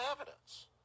evidence